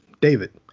David